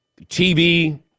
TV